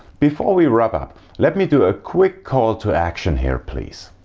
before we wrap up let me do a quick call to action here please.